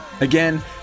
again